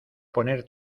poner